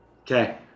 Okay